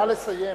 נא לסיים.